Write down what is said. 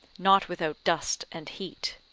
not without dust and heat.